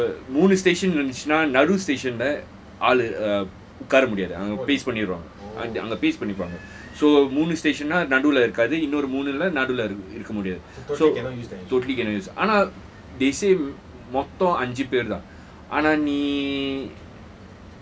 so மூணு:moonu station இருந்திச்சினா நடு:irunthichina nadu station ல உக்கார முடியாது பேஸ்ட் பண்ணிடுவாங்க:la ukkaara mudiyaathu paste panniduwaanga so மூணு:moonu station நடுல இருக்க முடியாது :nadula irukka mudiyaathu totally cannot use ஆனா :aana they say மோத்தம் அஞ்சி பேரு தான் ஆனா நீ:mothom anji pearu thaan aana nee